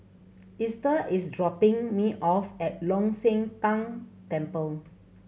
Esta is dropping me off at Long Shan Tang Temple